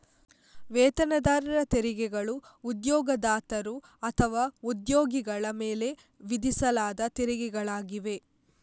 ವೇತನದಾರರ ತೆರಿಗೆಗಳು ಉದ್ಯೋಗದಾತರು ಅಥವಾ ಉದ್ಯೋಗಿಗಳ ಮೇಲೆ ವಿಧಿಸಲಾದ ತೆರಿಗೆಗಳಾಗಿವೆ